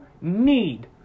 need